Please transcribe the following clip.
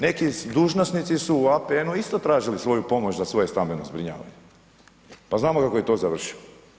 Neki dužnosnici su u APN-u isto tražili svoju pomoć za svoje stambeno zbrinjavanje, pa znamo kako je to završilo.